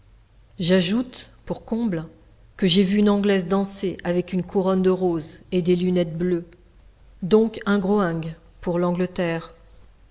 j'ajoute pour comble que j'ai vu une anglaise danser avec une couronne de roses et des lunettes bleues donc un groing pour l'angleterre